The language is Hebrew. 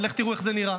ולכו תראו איך זה נראה.